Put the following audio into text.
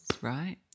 Right